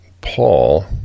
Paul